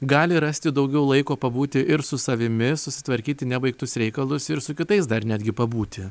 gali rasti daugiau laiko pabūti ir su savimi susitvarkyti nebaigtus reikalus ir su kitais dar netgi pabūti